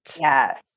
Yes